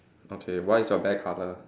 okay what is your bear colour